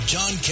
John